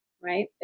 right